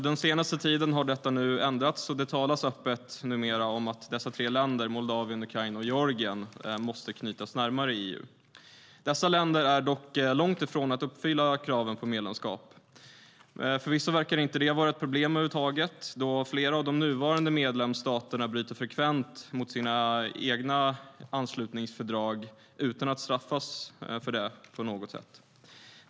Den senaste tiden har detta nu ändrats, och det talas numera öppet om att dessa tre länder - Moldavien, Ukraina och Georgien - måste knytas närmare EU. Dessa länder är dock långt ifrån att uppfylla kraven för medlemskap. Förvisso verkar detta inte vara ett problem över huvud taget, då flera av de nuvarande medlemsstaterna frekvent bryter mot sina egna anslutningsfördrag utan att straffas för det på något sätt.